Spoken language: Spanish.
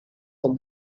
con